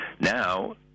now